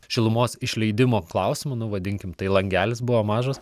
šilumos išleidimo klausimu nu vadinkim tai langelis buvo mažas